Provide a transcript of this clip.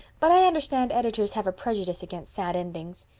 but i understand editors have a prejudice against sad endings.